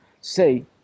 say